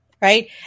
Right